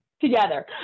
together